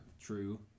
true